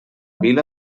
vila